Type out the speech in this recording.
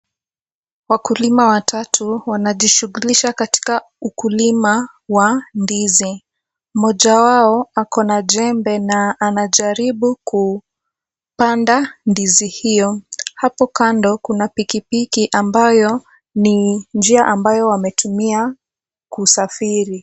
Wakulima watatu wanajishughulisha katika ukulima wa ndizi. Mmoja wao ako na jembe na anajaribu kupanda ndizi hiyo. Hapo kando kuna pikipiki ambayo ni njia ambayo wametumia kusafiri.